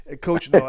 Coach